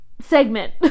segment